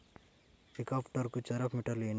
హెక్టారుకు చదరపు మీటర్లు ఎన్ని?